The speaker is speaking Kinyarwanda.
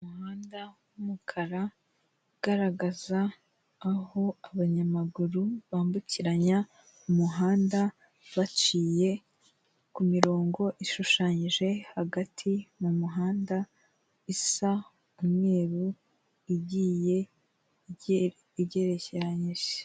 Umuhanda w'umukara ugaragaza aho abanyamaguru bambukiranya umuhanda baciye kumirongo ishushanyije hagati mu muhanda isa umweru igiye igerekeranyeje.